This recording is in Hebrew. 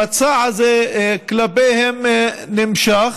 המסע הזה כלפיהם נמשך,